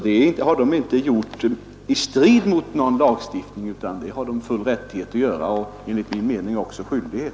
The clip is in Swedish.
De har inte tillkommit i strid mot någon lagstiftning. Kommunen har full rättighet att utfärda sådana föreskrifter och enligt min mening också skyldighet.